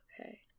Okay